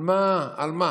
על מה?